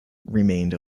remained